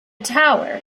tower